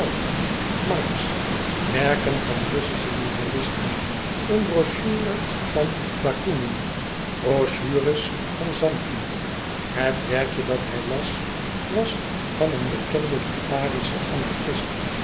marx werken van russische nihilisten een brochure van bakounine brochures van zanti het werkje dat hij las was van een bekenden liparischen anarchist